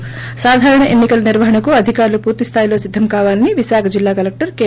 ి సాధారణ ఎన్నికల నిర్వహణకు అధికారులు పూర్తి స్థాయిలో సిద్దం కావాలని విశాఖ జిల్లా కలెక్టర్ కె